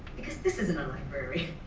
because this isn't a library,